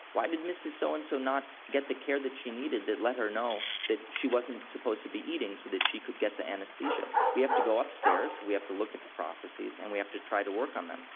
why did mrs so-and-so so and so not get the care that she needed that let her know that she wasn't supposed to be eating so that she could get the anaesthesia? we have to go upstairs, we have to look at the processes and we have to try to work on them.